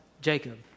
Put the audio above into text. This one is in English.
Jacob